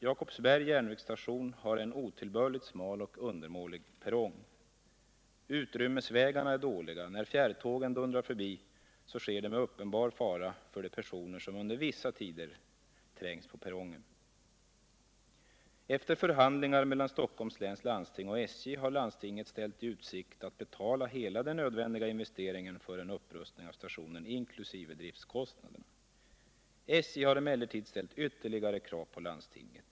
Jakobsbergs järnvägsstation har en otillbörligt smal och undermålig perrong. Utrymningsvägarna är dåliga. När fjärrtågen dundrar förbi sker det med uppenbar fara för de personer som under vissa tider trängs på perrongen. Efter förhandlingar mellan Stockholms läns landsting och SJ har landstinget ställt i utsikt att betala hela den nödvändiga investeringen för en upprustning av stationen inkl. driftkostnaderna. SJ har emellertid ställt ytterligare krav på landstinget.